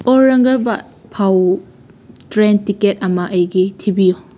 ꯑꯣꯔꯪꯒꯕꯥꯠ ꯐꯥꯎ train ticket ꯑꯃ ꯑꯩꯒꯤ ꯊꯤꯕꯤꯌꯨ